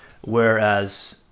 whereas